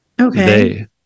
Okay